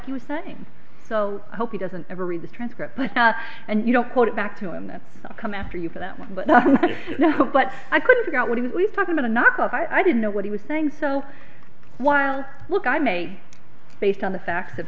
he was saying so i hope he doesn't ever read the transcript and you don't quote it back to him that come after you for that one but i couldn't figure out what it was we talked about a knock off i didn't know what he was saying so while look i may based on the fact